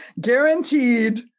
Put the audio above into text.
Guaranteed